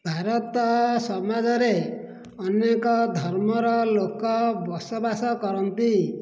ଭାରତ ସମାଜରେ ଅନେକ ଧର୍ମର ଲୋକ ବସବାସ କରନ୍ତି